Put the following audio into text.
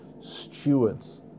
stewards